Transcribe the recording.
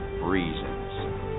reasons